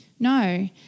No